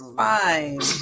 fine